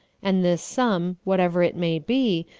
and this sum, what ever it may be,